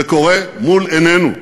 זה קורה מול עינינו.